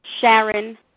Sharon